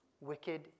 wicked